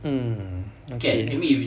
mm okay